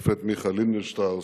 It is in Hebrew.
השופט מיכה לינדנשטראוס,